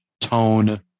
tone